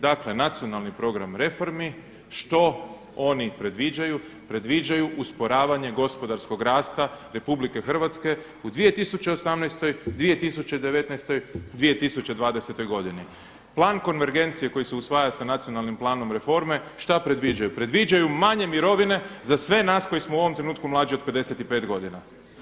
Dakle nacionalni program reformi što oni predviđaju, predviđaju usporavanje gospodarskog rasta RH u 2018., 2019., i 2020. godini. plan konvergencije koji se usvaja sa nacionalnim planom reforme, šta predviđaju, predviđaju manje mirovine za sve nas koji smo u ovom trenutku mlađi od 55 godina.